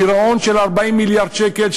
גירעון של 40 מיליארד שקל,